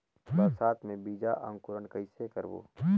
बरसात मे बीजा अंकुरण कइसे करबो?